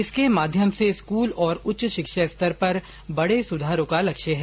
इसके माध्यम से स्कूल और उच्च शिक्षा स्तर पर बडे सुधारों का लक्ष्य है